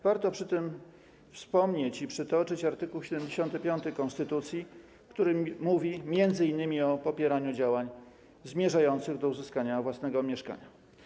Warto przy tym wspomnieć, przytoczyć art. 75 konstytucji, który mówi m.in. o popieraniu działań zmierzających do uzyskania własnego mieszkania.